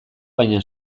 baina